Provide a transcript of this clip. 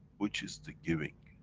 which is the giving.